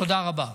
תודה רבה.